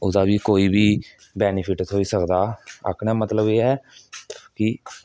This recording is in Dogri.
ओह्दा बी कोई बी बैनीफिट थ्होई सकदा आखने दा मतलब एह् ऐ कि